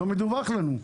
לא מדווח לנו,